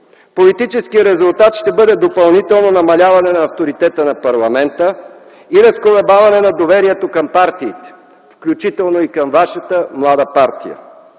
политическият резултат ще бъде допълнително намаляване на авторитета на парламента и разколебаване на доверието към партиите, включително и към вашата млада партия.